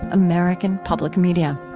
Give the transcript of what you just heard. american public media